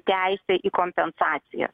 teisę į kompensaciją